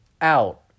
Out